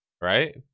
right